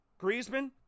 Griezmann